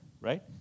right